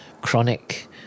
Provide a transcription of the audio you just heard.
chronic